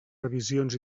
revisions